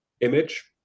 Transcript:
image